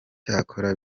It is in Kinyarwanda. cyakora